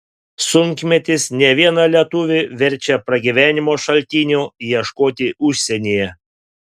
sunkmetis ne vieną lietuvį verčia pragyvenimo šaltinio ieškoti užsienyje